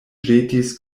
ĵetis